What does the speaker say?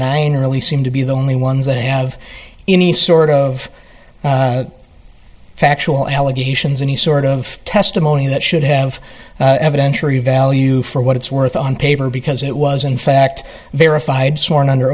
are really seem to be the only ones that have any sort of factual allegations any sort of testimony that should have evidentiary value for what it's worth on paper because it was in fact verified sworn under